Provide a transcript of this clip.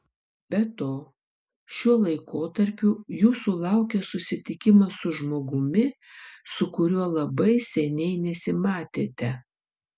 be to šiuo laikotarpiu jūsų laukia susitikimas su žmogumi su kuriuo labai seniai nesimatėte